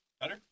Better